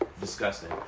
disgusting